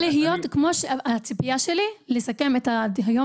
הציפייה שלי לסיכום הדיון